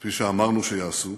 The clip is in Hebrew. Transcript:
כפי שאמרנו שיעשו.